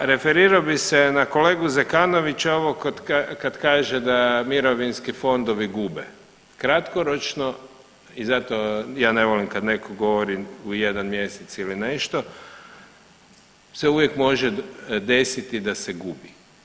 A referirao bi se na kolegu Zekanovića ovo kad kaže da mirovinski fondovi gube, kratkoročno i zato ja ne volim kada netko govori u jedan mjesec ili nešto se uvijek može desiti da se gubi.